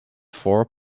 four